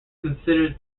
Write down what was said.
considers